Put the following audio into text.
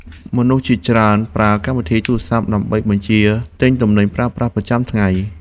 មនុស្សជាច្រើនប្រើកម្មវិធីទូរសព្ទ ដើម្បីបញ្ជាទិញទំនិញប្រើប្រាស់ប្រចាំថ្ងៃ។